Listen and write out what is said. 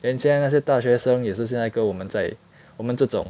人家那些大学生也是现在跟我们在我们这种